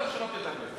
יותר טוב שלא תדבר.